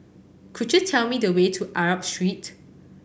could you tell me the way to Arab Street